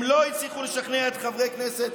הם לא הצליחו לשכנע את חברי הכנסת